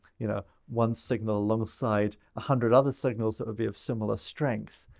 you know, one signal alongside a hundred other signals that would be of similar strength.